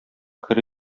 керү